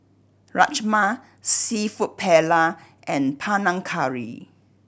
Rajma Seafood Paella and Panang Curry